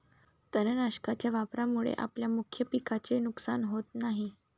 तणनाशकाच्या वापरामुळे आपल्या मुख्य पिकाचे नुकसान होत नाही